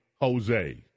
Jose